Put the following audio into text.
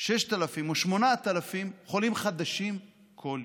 6,000 או 8,000 חולים חדשים כל יום.